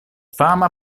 fama